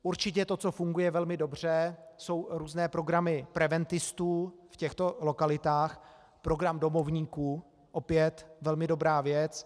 Určitě to, co funguje velmi dobře, jsou různé programy preventistů v těchto lokalitách program domovníků, opět velmi dobrá věc.